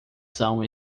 são